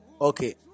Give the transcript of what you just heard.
Okay